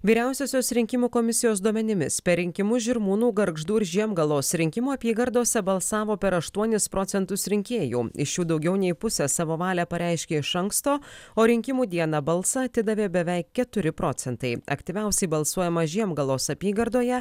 vyriausiosios rinkimų komisijos duomenimis per rinkimus žirmūnų gargždų ir žiemgalos rinkimų apygardose balsavo per aštuonis procentus rinkėjų iš jų daugiau nei pusė savo valią pareiškė iš anksto o rinkimų dieną balsą atidavė beveik keturi procentai aktyviausiai balsuojama žiemgalos apygardoje